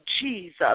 Jesus